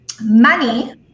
money